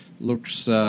looks